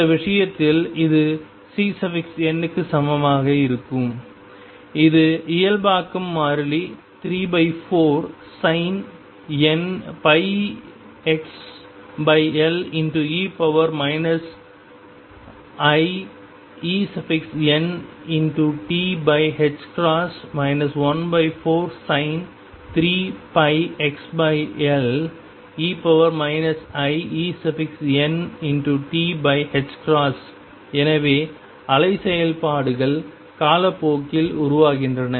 இந்த விஷயத்தில் இது Cn க்கு சமமாக இருக்கும் இது இயல்பாக்கம் மாறிலி 34sin πxL e iE1t 14sin 3πxL e iE3t எனவே அலை செயல்பாடுகள் காலப்போக்கில் உருவாகின்றன